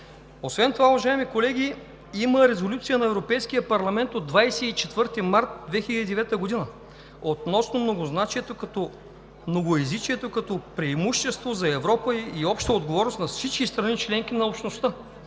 Освен това, уважаеми колеги, има резолюция на Европейския парламент от 24 март 2009 г. относно многоезичието като преимущество за Европа и обща отговорност на всички страни членки на Общността